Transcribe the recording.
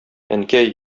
әнкәй